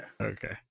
Okay